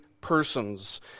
persons